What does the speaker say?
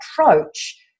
approach